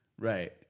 Right